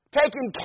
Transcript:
taking